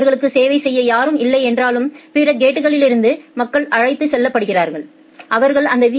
அவர்களுக்கு சேவை செய்ய யாரும் இல்லை என்றாலும் பிற கேட் களிலிருந்து மக்கள் அழைத்துச் செல்லப்படுகிறார்கள் அவர்கள் அந்த வி